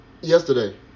Yesterday